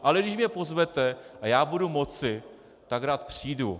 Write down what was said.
Ale když mě pozvete a já budu moci, tak rád přijdu.